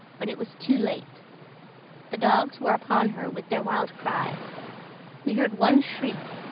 but it was too late the dogs were upon her with their wild cries we heard one shriek,